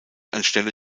anstelle